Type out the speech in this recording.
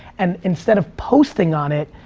and instead of posting on it,